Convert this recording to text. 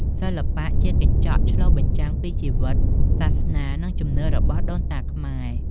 សិល្បៈជាកញ្ចក់ឆ្លុះបញ្ចាំងពីជីវិត សាសនា និងជំនឿរបស់ដូនតាខ្មែរ។